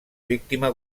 víctima